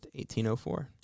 1804